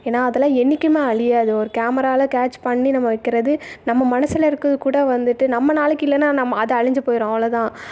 ஏன்னா அதெல்லாம் என்றைக்குமே அழியாது ஒரு கேமராவில கேட்ச் பண்ணி நம்ம வைக்கிறது நம்ம மனசில் இருக்கிறது கூட வந்துட்டு நம்ம நாளைக்கு இல்லைன்னா நம்ம அது அழிஞ்சி போயிடும் அவ்வளோதான்